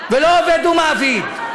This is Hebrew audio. ולא עובד ומעביד.